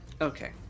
Okay